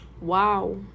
wow